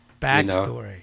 backstory